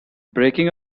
breaking